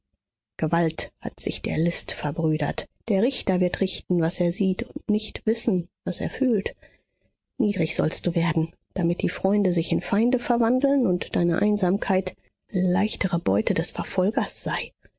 gewalt hat sich der list verbrüdert der richter wird richten was er sieht und nicht wissen was er fühlt niedrig sollst du werden damit die freunde sich in feinde verwandeln und deine einsamkeit leichtere beute des verfolgers sei